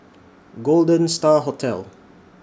Golden STAR Hotel